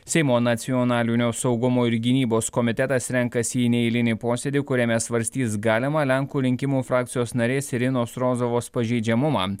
seimo nacionalinio saugumo ir gynybos komitetas renkasi į neeilinį posėdį kuriame svarstys galimą lenkų rinkimų frakcijos narės irinos rozovos pažeidžiamumą